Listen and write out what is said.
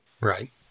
Right